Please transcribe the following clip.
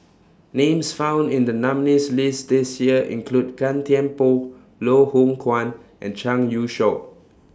Names found in The nominees' list This Year include Gan Thiam Poh Loh Hoong Kwan and Zhang Youshuo